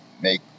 make